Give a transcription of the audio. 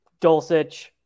Dulcich